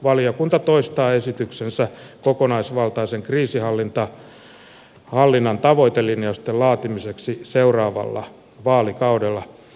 valiokunta toistaa esityksensä kokonaisvaltaisen kriisinhallinnan tavoitelinjausten laatimiseksi seuraavalla vaalikaudella